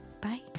bye